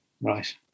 Right